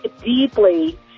deeply